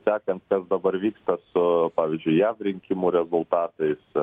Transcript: sekant kas dabar vyksta su pavyzdžiui jav rinkimų rezultatais